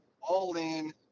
all-in